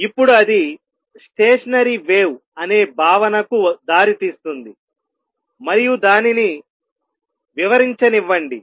ఇప్పుడు అది stationary wave అనే భావనకు దారితీస్తుంది మరియు దానిని వివరించనివ్వండి